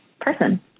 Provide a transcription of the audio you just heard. person